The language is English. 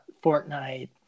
Fortnite